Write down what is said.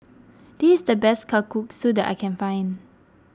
this the best Kalguksu that I can find